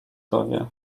dowie